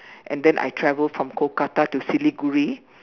and then I travel from Kolkata to Siliguri